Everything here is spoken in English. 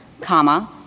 comma